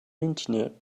internet